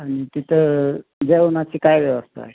आणि तिथं जेवणाची काय व्यवस्था आहे